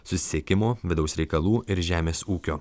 susisiekimo vidaus reikalų ir žemės ūkio